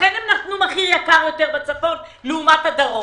לכן הם נתנו מחיר יקר יותר בצפון לעומת הדרום.